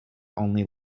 only